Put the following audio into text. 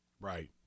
right